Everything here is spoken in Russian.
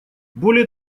более